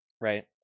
right